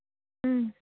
ꯎꯝ